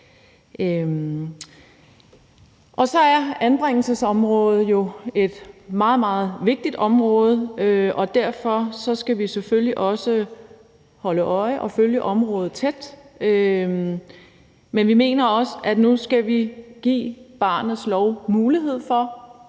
Så er anbringelsesområdet jo et meget, meget vigtigt område, og derfor skal vi selvfølgelig også holde øje med området og følge det tæt. Men vi mener også, at vi nu skal give barnets lov – den